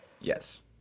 Yes